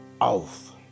off